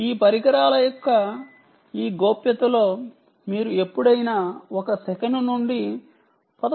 ఈ పరికరాల యొక్క ఈ గోప్యతలో మీరు ఎప్పుడైనా ఒక సెకను నుండి 11